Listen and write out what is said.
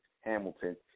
Hamilton